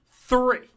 Three